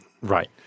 Right